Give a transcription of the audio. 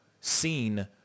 seen